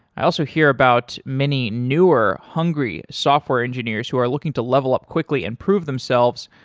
i also hear about many newer hungry software engineers who are looking to level up quickly and prove themselves,